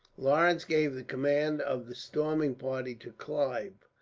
lawrence gave the command of the storming party to clive.